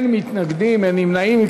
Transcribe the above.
אין מתנגדים, אין נמנעים.